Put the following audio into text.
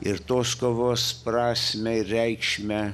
ir tos kovos prasmę ir reikšmę